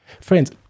Friends